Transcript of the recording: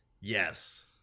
Yes